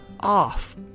Off